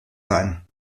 sein